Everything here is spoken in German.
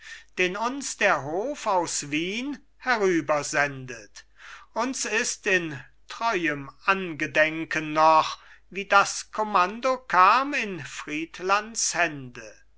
den uns der hof aus wien herübersendet uns ist in treuem angedenken noch wie das kommando kam in friedlands hände